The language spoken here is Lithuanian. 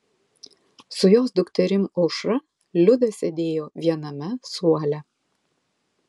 su jos dukterim aušra liuda sėdėjo viename suole